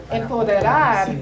empoderar